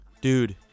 Dude